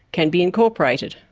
can be incorporated.